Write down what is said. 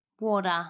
water